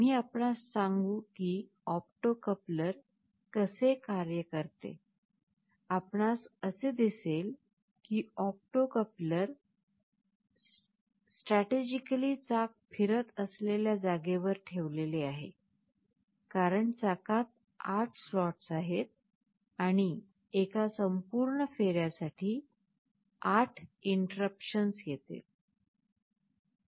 आम्ही आपणास सांगू की ऑप्टो कपलर कसे कार्य करते आपणास असे दिसेल की ऑप्टो कपलर स्ट्रॅटेजिकली चाक फिरत असलेल्या जागेवर ठेवलेले आहे कारण चाकात 8 स्लॉट आहेत आणि एका संपूर्ण फेऱ्यासाठी 8 इंटर्र्रपशन येतील